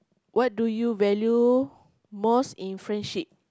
what do you value most in friendship